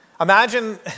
Imagine